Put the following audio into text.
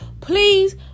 please